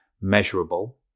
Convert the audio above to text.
measurable